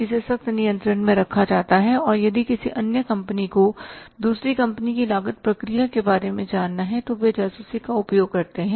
इसे सख्त नियंत्रण में रखा जाता है और यदि किसी अन्य कंपनी को दूसरी कंपनी की लागत प्रक्रिया के बारे में जानना है तो वे जासूसी का उपयोग करती हैं